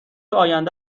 آینده